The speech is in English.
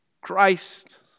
Christ